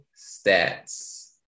stats